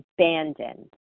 abandoned